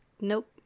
Nope